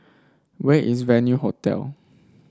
where is Venue Hotel